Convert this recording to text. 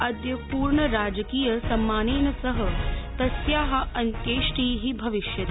अद्य पूर्ण राजकीय सम्मानेन सह तस्या अन्त्येष्टि भविष्यति